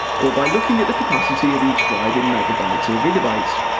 or by looking at the capacity of each drive in megabytes or gigabytes.